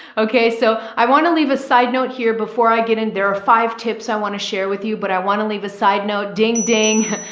okay. so i want to leave a side note here before, before i get in, there are five tips i want to share with you, but i want to leave a side note, ding, ding,